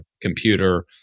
computer